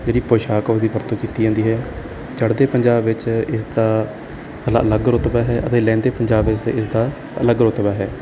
ਜਿਹੜੀ ਪੁਸ਼ਾਕ ਹੈ ਉਹਦੀ ਵਰਤੋਂ ਕੀਤੀ ਜਾਂਦੀ ਹੈ ਚੜ੍ਹਦੇ ਪੰਜਾਬ ਵਿੱਚ ਇਸ ਦਾ ਅਲਾ ਅਲੱਗ ਰੁਤਬਾ ਹੈ ਅਤੇ ਲਹਿੰਦੇ ਪੰਜਾਬ ਇਸ ਦਾ ਅਲੱਗ ਰੁਤਬਾ ਹੈ